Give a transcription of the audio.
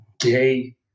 gay